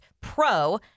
pro